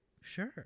Sure